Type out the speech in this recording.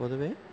പൊതുവേ